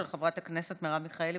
של חברת הכנסת מרב מיכאלי.